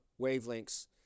wavelengths